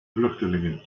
vluchtelingen